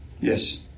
Yes